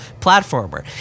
platformer